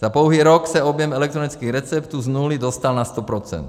Za pouhý rok se objem elektronických receptců z nuly dostal na sto procent.